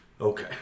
Okay